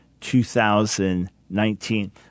2019